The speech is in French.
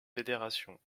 fédération